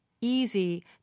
easy